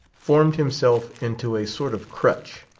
formed himself into a sort of crutch.